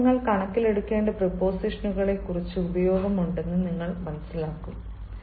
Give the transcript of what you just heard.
ഇപ്പോൾ നിങ്ങൾ കണക്കിലെടുക്കേണ്ട പ്രീപോസിഷനുകളുടെ കുറച്ച് ഉപയോഗമുണ്ടെന്ന് നിങ്ങൾ കണ്ടെത്തും